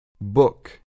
book